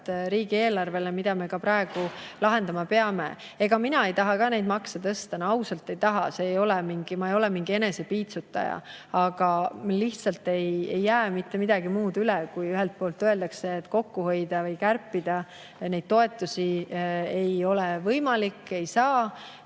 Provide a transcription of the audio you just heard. riigieelarvele, mida me ka praegu lahendama peame. Ega ka mina ei taha neid makse tõsta. Ausalt, ei taha. Ma ei ole mingi enesepiitsutaja. Lihtsalt ei jää mitte midagi muud üle, kui öeldakse, et kokku hoida või kärpida toetusi ei ole võimalik, ei saa,